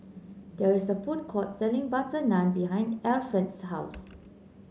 there is a food court selling butter naan behind Efrain's house